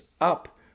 up